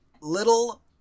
little